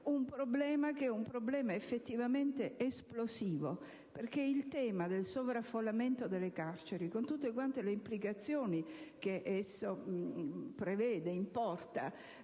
un problema che è effettivamente esplosivo, quale il tema del sovraffollamento delle carceri, con tutte le implicazioni che esso prevede e comporta: